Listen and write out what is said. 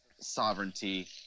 sovereignty